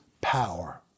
power